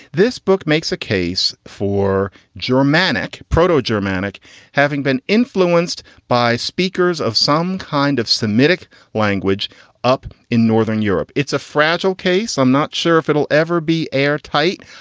this book makes a case for germanic proteau germanic having been influenced by speakers of some kind of semitic language up in northern europe. it's a fragile case. i'm not sure if it'll ever be airtight.